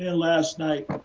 ah last night,